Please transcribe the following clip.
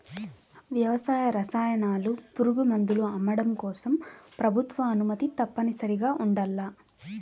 వ్యవసాయ రసాయనాలు, పురుగుమందులు అమ్మడం కోసం ప్రభుత్వ అనుమతి తప్పనిసరిగా ఉండల్ల